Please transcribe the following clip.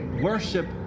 Worship